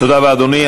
תודה רבה, אדוני.